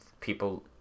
people